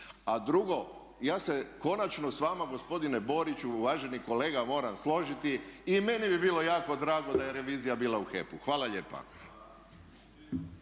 A drugo, ja se konačno s vama gospodine Boriću uvaženi kolega moram složiti i meni bi bilo jako drago da je revizija bila u HEP-u. Hvala lijepa.